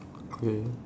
okay